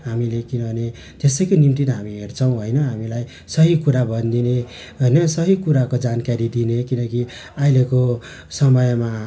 हामीले किनभने त्यसैको निम्ति त हामी हेर्छौँ होइन हामीलाई सही कुरा भनिदिने होइन सही कुराको जानकारी दिने किनकि अहिलेको समयमा